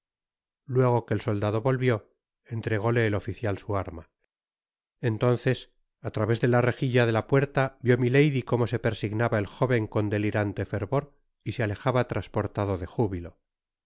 luego que el soldado volvió entrególe eljoficial su arma entonces á través de la rejilla de la puerta vió milady como se persignaba el jóven con delirante fervor y se alejaba transportado de júbilo